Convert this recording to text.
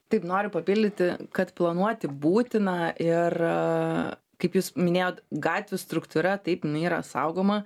taip noriu papildyti kad planuoti būtina ir kaip jūs minėjot gatvių struktūra taip jinai yra saugoma